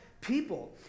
people